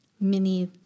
mini